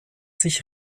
sich